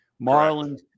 Marlins